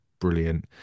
brilliant